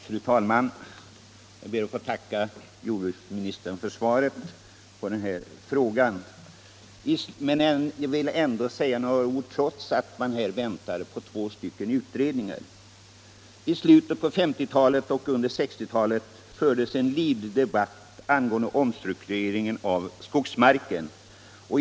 Fru talman! Jag ber att få tacka jordbruksministern för svaret på min fråga. Jag är medveten om att man just nu väntar på två utredningar på området, men jag vill ändå säga några ord. I slutet på 1950-talet och under 1960-talet fördes en livlig debatt angående omstruktureringen av skogsmarken.